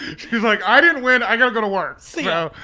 she was like, i didn't win, i gotta go to work! so,